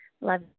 Love